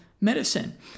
medicine